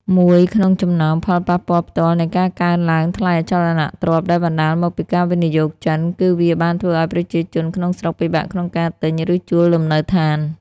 មួយក្នុងចំណោមផលប៉ះពាល់ផ្ទាល់នៃការកើនឡើងថ្លៃអចលនទ្រព្យដែលបណ្តាលមកពីការវិនិយោគចិន គឺវាបានធ្វើឲ្យប្រជាជនក្នុងស្រុកពិបាកក្នុងការទិញ ឬជួលលំនៅឋាន។